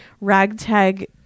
ragtag